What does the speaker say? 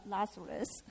Lazarus